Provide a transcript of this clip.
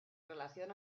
relación